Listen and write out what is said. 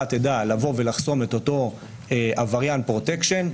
תדע לבוא ולחסום את אותו עבריין פרוטקשן,